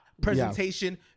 Presentation